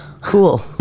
Cool